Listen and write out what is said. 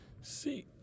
see